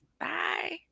Bye